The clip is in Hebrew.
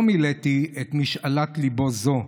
לא מילאתי את משאלת ליבו זו,